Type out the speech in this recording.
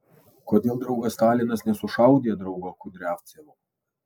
kodėl draugas stalinas nesušaudė draugo kudriavcevo